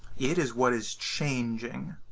it is what is changing.